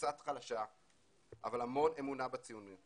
קצת חלשה אבל המון אמונה בציונות